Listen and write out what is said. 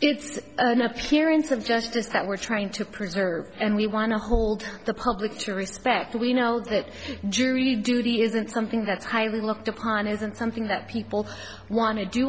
it's an appearance of justice that we're trying to preserve and we want to hold the public to respect that we know that jury duty isn't something that's highly looked upon isn't something that people want to do